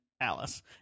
Alice